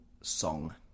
song